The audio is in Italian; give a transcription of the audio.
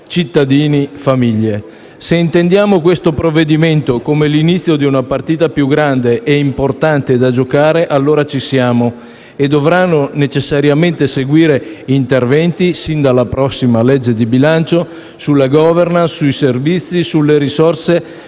cittadini e famiglie. Se intendiamo questo provvedimento come l'inizio di una partita più grande e importante da giocare, allora ci siamo, e dovranno necessariamente seguire interventi sin dalla prossima legge di bilancio sulla *governance*, sui servizi, sulle risorse,